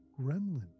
gremlin